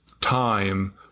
time